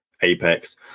Apex